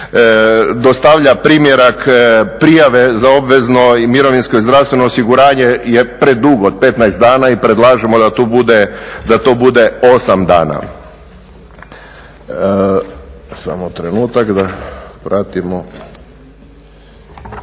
dostavlja primjerak prijave za obvezno mirovinsko i zdravstveno osiguranje je predug od 15 dana i predlažemo da to bude 8 dana. Nadalje, imamo